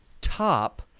Top